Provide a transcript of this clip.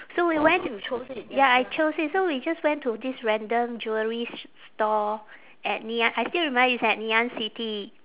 so we went to ya I chose it so we just went to this random jewellery store at ngee a~ I still remember it's at ngee ann city